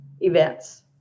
events